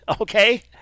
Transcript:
okay